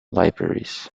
libraries